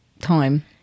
time